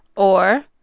or,